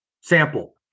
Sample